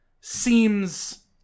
seems